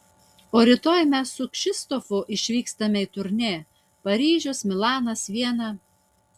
o rytoj mes su kšištofu išvykstame į turnė paryžius milanas viena